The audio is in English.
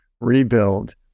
rebuild